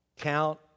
count